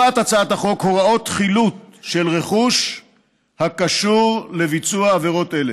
הצעת החוק קובעת הוראות חילוט של רכוש הקשור לביצוע עבירות אלו.